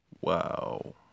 Wow